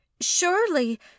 surely